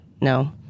no –